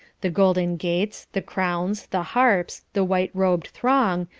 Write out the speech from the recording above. the golden gates, the crowns, the harps, the white-robed throng,